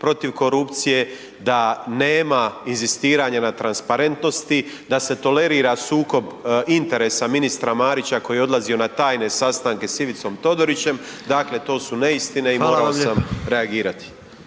protiv korupcije, da nema inzistiranja na transparentnosti, da se tolerira sukob interesa ministra Marića koji je odlazio na tajne sastanke s Ivicom Todorićem, dakle to su neistine i morao sam reagirati.